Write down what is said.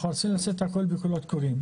ניסינו לעשות את הכול בקולות קוראים.